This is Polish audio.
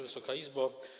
Wysoka Izbo!